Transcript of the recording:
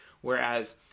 Whereas